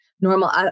normal